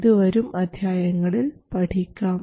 ഇത് വരും അധ്യായങ്ങളിൽ പഠിക്കാം